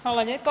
Hvala lijepa.